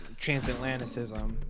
Transatlanticism